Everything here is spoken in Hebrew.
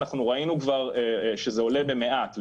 אנחנו ראינו כבר שזה עולה במעט,